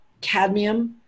cadmium